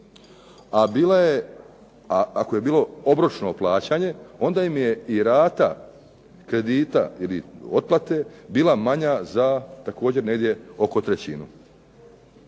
a ako je bilo obročno plaćanje onda im je rata kredita ili otplate bila manja za oko negdje trećinu.